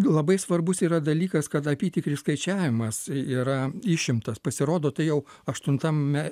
labai svarbus yra dalykas kad apytikris skaičiavimas yra išimtas pasirodo tai jau aštuntame